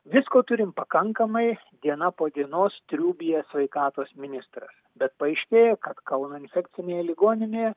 visko turim pakankamai diena po dienos triūbija sveikatos ministras bet paaiškėjo kad kauno infekcinėje ligoninėje